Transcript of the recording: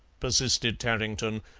persisted tarrington,